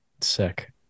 Sick